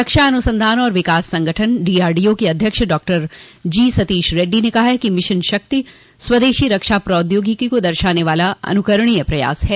रक्षा अनुसंधान और विकास संगठन डीआरडीओ के अध्यक्ष डॉक्टर जी सतीश रडडी ने कहा है कि मिशन शक्ति स्वदेशी रक्षा प्रौद्योगिकी को दर्शाने वाला अनुकरणीय प्रयास है